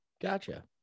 gotcha